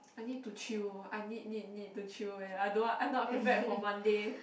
I need to chill I need need need to chill man I don't want I not prepared for Monday